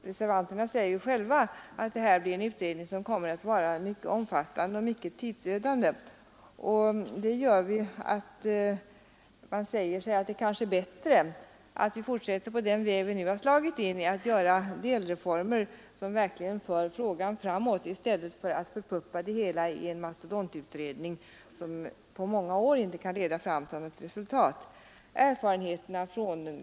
Reservanterna säger själva att den utredning de föreslår kommer att bli mycket omfattande och tidsödande. Därför säger vi oss att det kanske är bättre att vi fortsätter på den väg som vi nu slagit in på, nämligen att göra delreformer som verkligen för frågan framåt, i stället för att förpuppa ärendet i en mastodontutredning som inte på många år kan leda till något resultat.